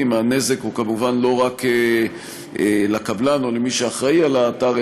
הנזק הוא כמובן לא רק לקבלן או למי שאחראי לאתר,